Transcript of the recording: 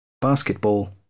Basketball